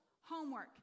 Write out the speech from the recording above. homework